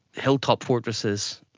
hilltop fortresses,